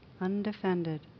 Undefended